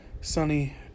Sunny